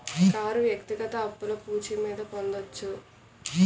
car వ్యక్తిగత అప్పులు పూచి మీద పొందొచ్చు